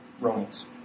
Romans